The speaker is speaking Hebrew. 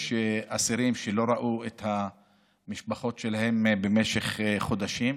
יש אסירים שלא ראו את המשפחות שלהם במשך חודשים.